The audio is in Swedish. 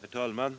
Herr talman!